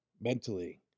mentally